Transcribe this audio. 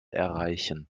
erreichen